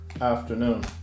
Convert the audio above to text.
afternoon